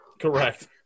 Correct